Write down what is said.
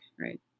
right